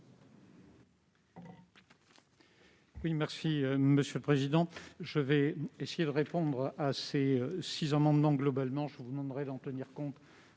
Merci,